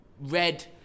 red